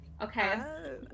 Okay